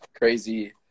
crazy